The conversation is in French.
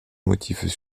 motifs